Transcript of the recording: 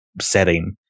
setting